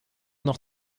noch